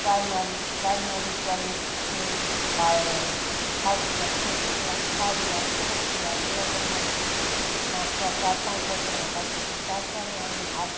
primary প্রাইমারির পরে সে first year second year third year fourth year এরকমভাবে সে পাঁচ চার চার পাঁচ বছর আঁকা শেখে তার পরে আমি আর